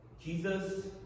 Jesus